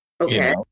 Okay